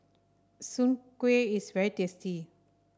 Soon Kway is very tasty